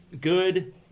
good